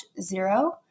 zero